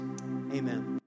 Amen